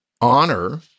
honor